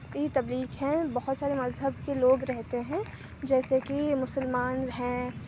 کی تبلیغ ہیں بہت سارے مذہب کے لوگ رہتے ہیں جیسے کہ مسلمان ہیں